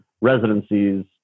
residencies